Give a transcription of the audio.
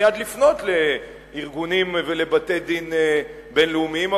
מייד לפנות לארגונים ולבתי-דין בין-לאומיים.